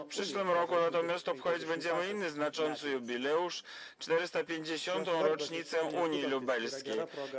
W przyszłym roku natomiast obchodzić będziemy inny znaczący jubileusz: 450. rocznicę zawarcia Unii Lubelskiej.